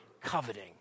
coveting